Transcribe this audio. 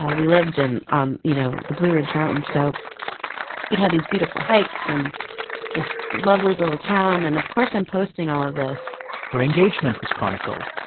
ah we lived in, um you know, the blue ridge mountains, so we'd have these beautiful hikes and this lovely little town, and of course i'm posting all of this her engagement was chronicled,